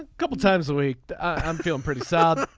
couple of times a week. i'm feeling pretty sad.